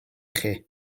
chi